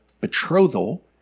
betrothal